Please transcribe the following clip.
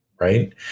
Right